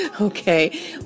okay